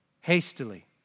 hastily